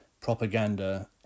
propaganda